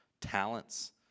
talents